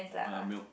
or their milk